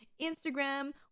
instagram